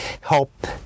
help